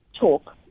talk